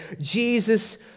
Jesus